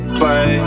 play